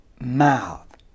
mouth